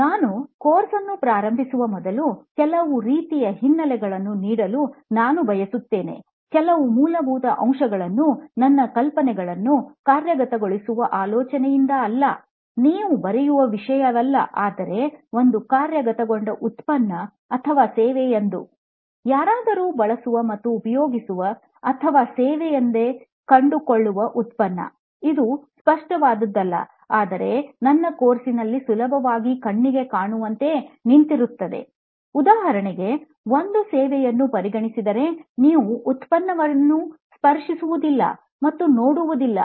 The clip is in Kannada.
ನಾನು ಕೋರ್ಸ್ ಅನ್ನು ಪ್ರಾರಂಭಿಸುವ ಮೊದಲು ಕೆಲವು ರೀತಿಯ ಹಿನ್ನೆಲೆಗಳನ್ನೂ ನೀಡಲು ನಾನು ಬಯಸುತ್ತೇನೆ ಕೆಲವು ಮೂಲಭೂತ ಅಂಶಗಳನ್ನು ನನ್ನ ಕಲ್ಪನೆಗಳನ್ನು ಕಾರ್ಯಗತಗೊಳಿಸುವ ಆಲೋಚನೆಯಿಂದ ಅಲ್ಲ ನೀವು ಬರೆಯುವ ವಿಷಯವಲ್ಲ ಆದರೆ ಒಂದು ಕಾರ್ಯಗತಗೊಂಡ ಉತ್ಪನ್ನ ಅಥವಾ ಸೇವೆ ಎಂದು ಯಾರಾದರೂ ಬಳಸುವ ಮತ್ತು ಉಪಯೋಗಿಸುವ ಅಥವಾ ಸೇವೆಯೆಂದು ಕಂಡುಕೊಳ್ಳುವ ಉತ್ಪನ್ನ ಇದು ಸ್ಪಷ್ಟವಾದದ್ದಲ್ಲ ಆದರೆ ನನ್ನ ಕೋರ್ಸ್ನಲ್ಲಿ ಸುಲಭವಾಗಿ ಕಣ್ಣಿಗೆ ಕಾಣುವಂತೆ ನಿಂತಿರುವುದು ಉದಾಹರಣೆಗೆ ಒಂದು ಸೇವೆಯನ್ನು ಪರಿಗಣಿಸಿದರೆ ನೀವು ಉತ್ಪನ್ನವನ್ನು ಸ್ಪರ್ಶಿಸುವುದಿಲ್ಲ ಮತ್ತು ನೋಡುವುದಿಲ್ಲ